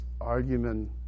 argument